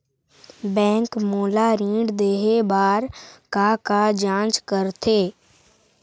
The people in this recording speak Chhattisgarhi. बैंक मोला ऋण देहे बार का का जांच करथे?